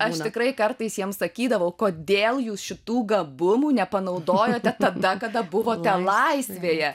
aš tikrai kartais jiem sakydavau kodėl jūs šitų gabumų nepanaudojote tada kada buvote laisvėje